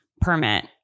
permit